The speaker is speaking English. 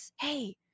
Hey